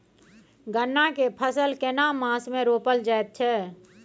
गन्ना के फसल केना मास मे रोपल जायत छै?